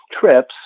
trips